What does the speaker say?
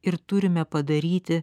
ir turime padaryti